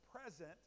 present